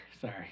Sorry